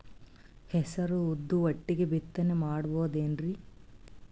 ಹೆಸರು ಉದ್ದು ಒಟ್ಟಿಗೆ ಬಿತ್ತನೆ ಮಾಡಬೋದೇನ್ರಿ?